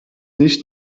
nicht